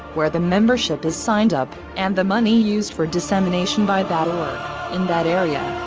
where the membership is signed up, and the money used for dissemination by that org, in that area.